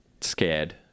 scared